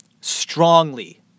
Strongly